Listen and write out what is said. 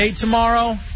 tomorrow